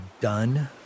done